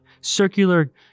circular